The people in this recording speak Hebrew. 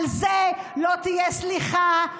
על זה לא תהיה סליחה,